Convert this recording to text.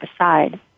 aside